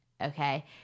Okay